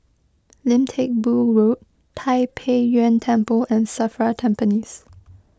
Lim Teck Boo Road Tai Pei Yuen Temple and Safra Tampines